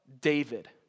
David